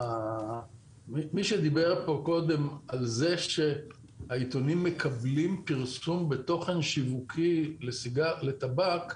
דובר קודם על זה שהעיתונים מקבלים פרסום ותוכן שיווקי לטבק,